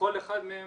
לכל אחד מהם